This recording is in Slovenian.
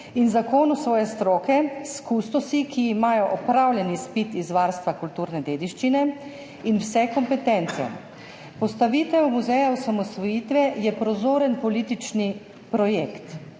in zakonu svoje stroke s kustosi, ki imajo opravljen izpit iz varstva kulturne dediščine in vse kompetence. Postavitev muzeja osamosvojitve je prozoren politični projekt,